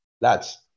Lads